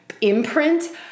imprint